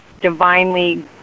divinely